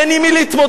אין עם מי להתמודד.